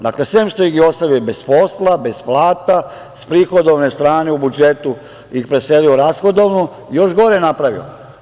Dakle, sem što ih je ostavio bez posla, bez plata, sa prihodovne strane u budžetu ih preselio u rashodovnu i još gore napravio.